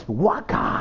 waka